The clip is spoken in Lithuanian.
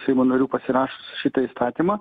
seimo narių pasirašius šitą įstatymą